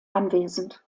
anwesend